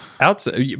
outside